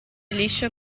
liscio